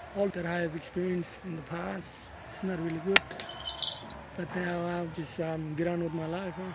all that i have experienced in the past is not really good but now i'll just um get on with my life.